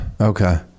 Okay